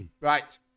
Right